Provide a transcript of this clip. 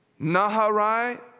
Naharai